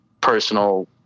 personal